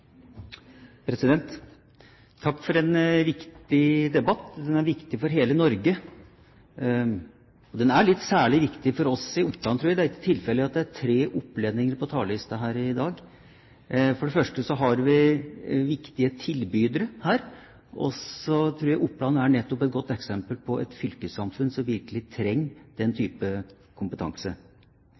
særlig viktig for oss i Oppland, tror jeg – det er ikke tilfeldig at det er tre opplendinger på talerlista her i dag. For det første har vi viktige tilbydere her, og så tror jeg Oppland nettopp er et godt eksempel på et fylkessamfunn som virkelig trenger den type kompetanse.